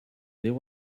there